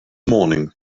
morning